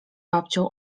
babcią